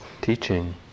teaching